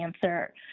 cancer